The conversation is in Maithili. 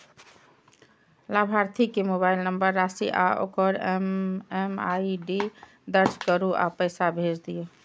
लाभार्थी के मोबाइल नंबर, राशि आ ओकर एम.एम.आई.डी दर्ज करू आ पैसा भेज दियौ